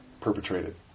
perpetrated